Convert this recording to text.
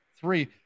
three